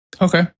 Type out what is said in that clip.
Okay